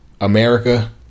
America